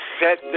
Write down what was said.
set